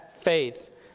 faith